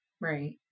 right